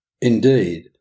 Indeed